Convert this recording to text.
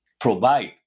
provide